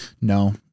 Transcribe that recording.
No